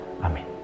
Amen